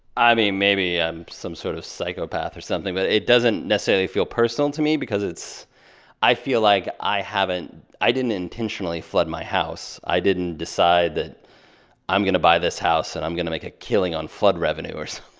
i mean, maybe i'm some sort of psychopath or something, but it doesn't necessarily feel personal to me because it's i feel like i haven't i didn't intentionally flood my house. i didn't decide that i'm going to buy this house, and i'm going to make a killing on flood revenue, or so